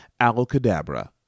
Allocadabra